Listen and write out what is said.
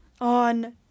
on